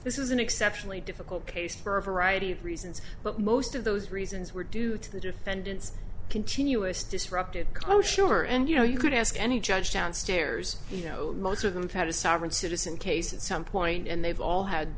this is an exceptionally difficult case for a variety of reasons but most of those reasons were due to the defendant's continuous disruptive kosher and you know you could ask any judge downstairs you know most of them had a sovereign citizen case in some point and they've all had